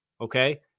Okay